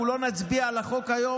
אנחנו לא נצביע על החוק היום,